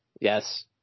Yes